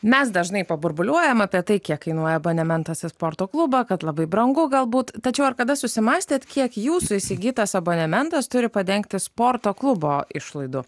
mes dažnai po burbuliuojama tai kiek kainuoja abonementas į sporto klubą kad labai brangu galbūt tačiau ar kada susimąstėte kiek jūsų įsigytas abonementas turi padengti sporto klubo išlaidų